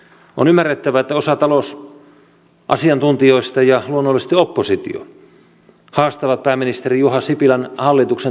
on ymmärrettävää että osa talousasiantuntijoista ja luonnollisesti oppositio haastavat pääministeri juha sipilän hallituksen talouspoliittisen linjan